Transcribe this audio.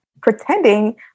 pretending